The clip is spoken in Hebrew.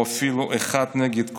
או אפילו אחד נגד כולם,